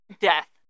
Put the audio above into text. death